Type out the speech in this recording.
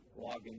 logging